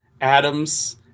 atoms